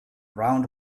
round